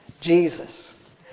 Jesus